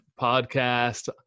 podcast